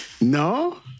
No